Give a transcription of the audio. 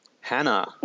Hannah